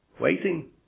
Waiting